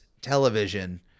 television